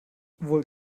wohl